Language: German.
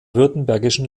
württembergischen